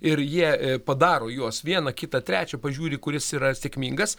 ir jie padaro juos vieną kitą trečią pažiūri kuris yra sėkmingas